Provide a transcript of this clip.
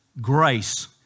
grace